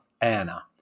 Anna